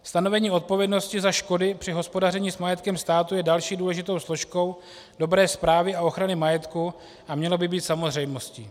Stanovení odpovědnosti za škody při hospodaření s majetkem státu je další důležitou složkou dobré správy a ochrany majetku a mělo by být samozřejmostí.